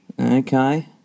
Okay